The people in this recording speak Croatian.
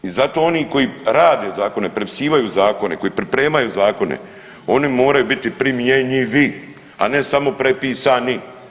I zato oni koji rade zakone, prepisivaju zakone, koji pripremaju zakone oni moraju biti primjenjivi, a ne samo prepisani.